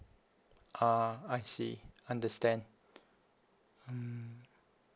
ah I see understand mm